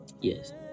yes